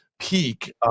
peak